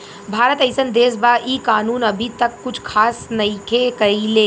भारत एइसन देश बा इ कानून अभी तक कुछ खास नईखे कईले